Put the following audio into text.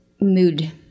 mood